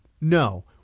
No